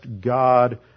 God